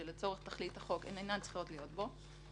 כשלצורך תכלית החוק הן אינן צריכות להיות בו.